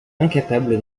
incapable